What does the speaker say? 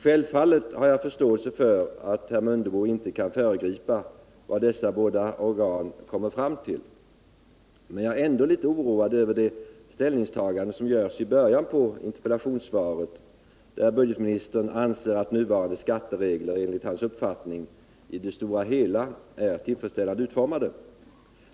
Givetvis har jag förståelse för att herr Mundebo inte kan föregripa vad dessa båda organ kommer fram till, men jag är ändå litet oroad över det ställningstagande som görs i början av interpellationssvaret, där budgetministern säger att skattereglerna enligt hans mening i det stora hela är tillfredsställande utformade.